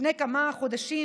לפני כמה חודשים,